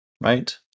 right